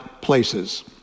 places